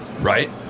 Right